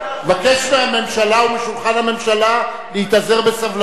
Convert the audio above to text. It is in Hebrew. מבקש מהממשלה ומשולחן הממשלה להתאזר בסבלנות.